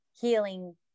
healing